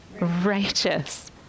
Righteous